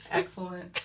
excellent